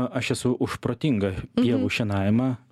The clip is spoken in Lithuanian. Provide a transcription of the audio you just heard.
aš esu už protingą pievų šienavimą